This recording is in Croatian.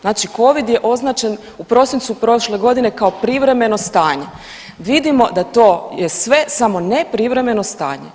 Znači covid je označen u prosincu prošle godine kao privremeno stanje, vidimo da je to sve samo ne privremeno stanje.